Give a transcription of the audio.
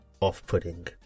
off-putting